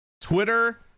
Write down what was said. Twitter